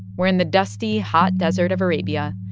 we're in the dusty, hot desert of arabia.